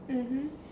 mmhmm